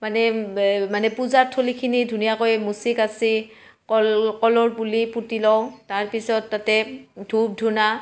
মানে পূজাৰ থলীখিনি ধুনীয়াকৈ মুচি কাচি কল কলৰ পুলি পুতি লওঁ তাৰপিছত তাতে ধূপ ধূনা